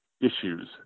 issues